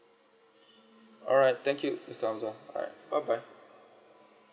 alright thank you mister hamza alright bye bye